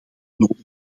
nodig